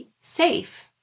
safe